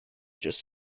just